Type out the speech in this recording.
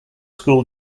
school